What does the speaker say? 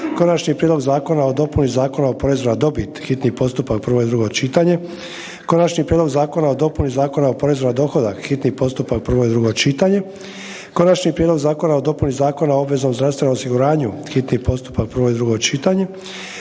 Konačni prijedlog Zakona o dopuni Zakona o porezu na dobit, hitni postupak, prvo i drugo čitanje, - Konačni prijedlog Zakona o dopuni Zakona o porezu na dohodak, hitni postupak, prvo i drugo čitanje, - Konačni prijedlog Zakona o dopuni Zakona o obveznom zdravstvenom osiguranju, hitni postupak, prvo i drugo čitanje,